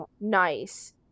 Nice